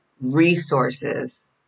resources